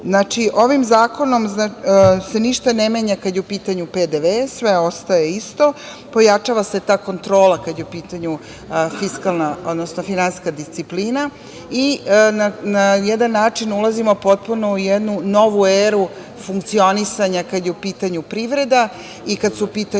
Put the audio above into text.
zakonom se ništa ne menja kada je u pitanju PDV, sve ostaje isto. Pojačava se ta kontrola kad je u pitanju finansijska disciplina i na jedan način ulazimo potpuno u jednu novu eru funkcionisanja kad je u pitanju privreda i kada su u pitanju